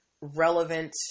relevant